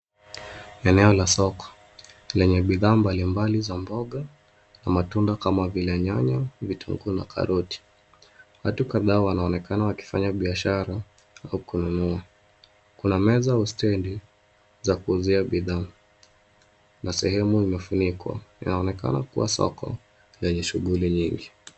Eneo la soko lenye bidhaa mbalimbali za mboga na matunda kama vile nyanya, vitunguu na karoti. Watu kadhaa wanaonekana wakifanya biashara au kununua. Kuna meza au stendi za kuuzia bidhaa na sehemu imefunikwa, inaonekana kuwa soko lenye shughuli nyingi.